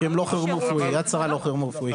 כי הם לא חירום רפואי, "יד שרה" לא חירום רפואי.